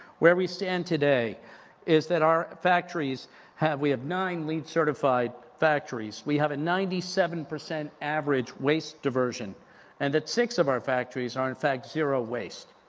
where we stand today is that our factories have. we have nine leed certified factories, we have a ninety seven percent average waste diversion and that six of our factories are in fact zero waste.